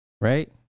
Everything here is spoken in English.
Right